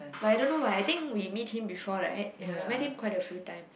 but I don't know why I think we meet him before right ya we met him quite a few times